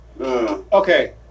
Okay